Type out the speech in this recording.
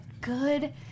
good